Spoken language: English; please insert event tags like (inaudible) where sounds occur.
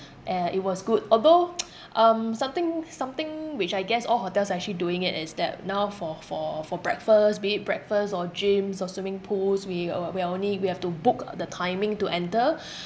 uh it was good although (noise) um something something which I guess all hotels are actually doing it is that now for for for breakfast be it breakfast or gyms or swimming pools we uh uh we are only we have to book the timing to enter (breath)